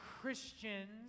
Christians